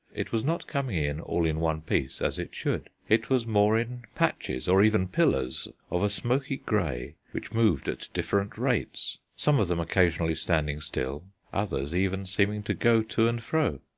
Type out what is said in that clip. it was not coming in all in one piece as it should. it was more in patches or even pillars of a smoky grey which moved at different rates, some of them occasionally standing still, others even seeming to go to and fro.